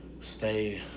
stay